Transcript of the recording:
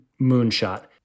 moonshot